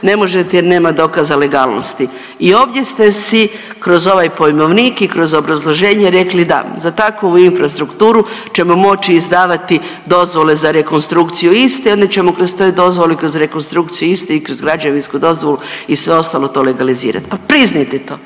ne možete jer nema dokaza legalnosti. I ovdje ste si kroz ovaj pojmovnik i kroz obrazloženje rekli – da, za takvu infrastrukturu ćemo moći izdavati dozvole za rekonstrukciju iste, onda ćemo kroz te dozvole, i kroz rekonstrukciju istih, i kroz građevinsku dozvolu i sve ostalo to legalizirati - pa priznajte to.